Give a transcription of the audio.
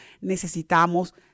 Necesitamos